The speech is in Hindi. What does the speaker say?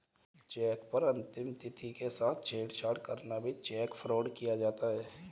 चेक पर अंकित तिथि के साथ छेड़छाड़ करके भी चेक फ्रॉड किया जाता है